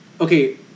Okay